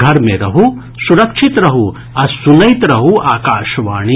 घर मे रहू सुरक्षित रहू आ सुनैत रहू आकाशवाणी